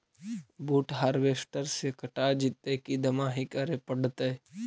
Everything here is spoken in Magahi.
बुट हारबेसटर से कटा जितै कि दमाहि करे पडतै?